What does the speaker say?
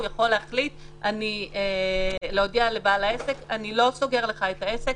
הוא יכול להחליט להודיע לבעל העסק: "אני לא סוגר לך אתה עסק,